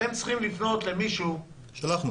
אתם צריכים לפנות למישהו --- שלחנו